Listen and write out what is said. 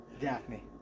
Daphne